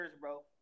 bro